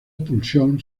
expulsión